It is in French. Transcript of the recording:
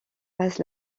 passe